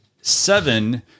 seven